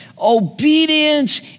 Obedience